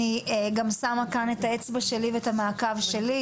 אני גם שמה כאן את האצבע שלי ואת המעקב שלי,